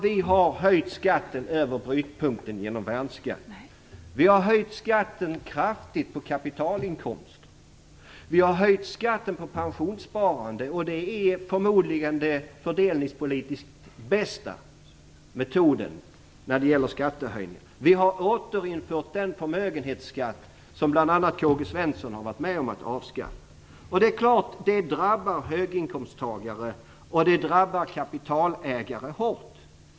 Vi har höjt skatten över brytpunkten genom värnskatten. Vi har höjt skatten på kapitalinkomster kraftigt. Vi har höjt skatten på pensionssparande, och det är förmodligen den fördelningspolitiskt bästa metoden för en skattehöjning. Vi har återinfört den förmögenhetsskatt som bl.a. K-G Svenson har varit med om att avskaffa. Det är klart att detta drabbar höginkomsttagare och kapitalägare hårt.